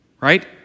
Right